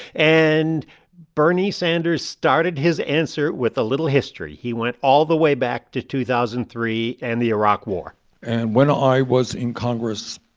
and bernie sanders started his answer with a little history. he went all the way back to two thousand and three and the iraq war and when i was in congress,